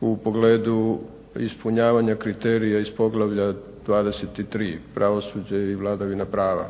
u pogledu ispunjavanja kriterija iz poglavlja 23. pravosuđe i vladavina prava